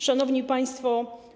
Szanowni Państwo!